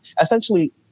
essentially